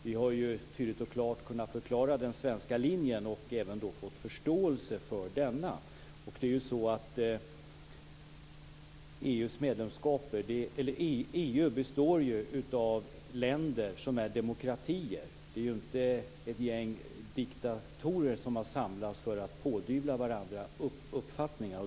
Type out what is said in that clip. Vi har tydligt och klart kunnat förklara den svenska linjen och även fått förståelse för denna. EU består ju av länder som är demokratier. Det är inte ett gäng diktatorer som har samlats för att pådyvla varandra uppfattningar.